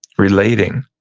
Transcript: relating,